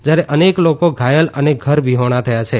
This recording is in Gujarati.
જયારે અનેક લોકો ધાયલ અને ઘર વિહોણા થયા છે